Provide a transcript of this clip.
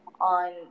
on